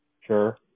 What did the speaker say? Sure